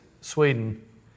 Sweden